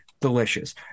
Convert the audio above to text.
delicious